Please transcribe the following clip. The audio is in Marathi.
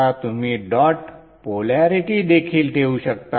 आता तुम्ही डॉट पोलॅरिटी देखील ठेवू शकता